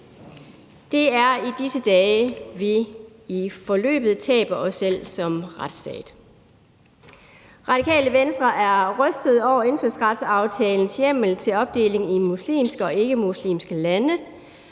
Det er i disse dage, at vi i forløbet taber os selv som retsstat. Radikale Venstre er rystet over indfødsretsaftalens hjemmel til opdeling i muslimske og ikkemuslimske lande.